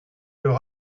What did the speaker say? leur